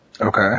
Okay